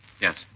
Yes